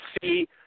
see